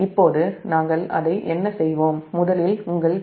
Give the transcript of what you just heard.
இப்போது நாம் அதை என்ன செய்வோம் முதலில் உங்கள் கே